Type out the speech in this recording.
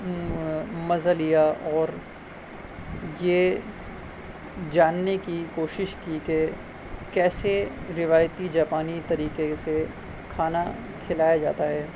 مزہ لیا اور یہ جاننے کی کوشش کی کہ کیسے روایتی جاپانی طریقے سے کھانا کھلایا جاتا ہے